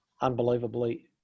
unbelievably